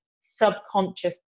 subconscious